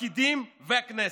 הפקידים והכנסת,